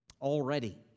Already